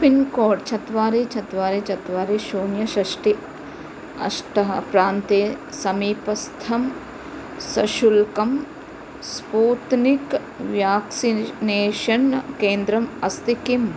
pincode चत्वारि चत्वारि चत्वारि शून्यं षष्टि अष्टः प्रान्ते समीपस्थं सशुल्कं स्पूतनिक् व्याक्सिनेषन् केन्द्रम् अस्ति किम्